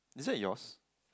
is it yours